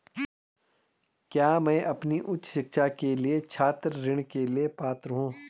क्या मैं अपनी उच्च शिक्षा के लिए छात्र ऋण के लिए पात्र हूँ?